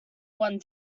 one